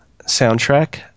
soundtrack